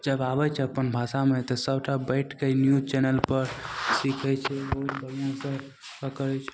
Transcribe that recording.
जब आबै छै अपन भाषामे तऽ सभटा बैठिके न्यूज चैनलपर सिखै छै बहुत बढ़िआँसे करै छै